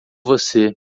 você